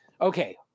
okay